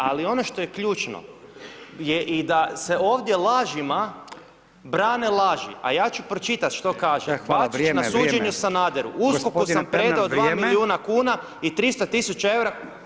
Ali, ono što je ključno je da se i ovdje lažima brane laže, a ja ću pročitati što kaže, Bačić na suđenju Sanaderu [[Upadica Radin: Hvala vrijeme, vrijeme.]] USKOK sam predao 2 milijuna kuna i 300 tisuća eura,